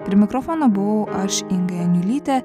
prie mikrofono buvau aš inga janiulytė